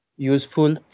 useful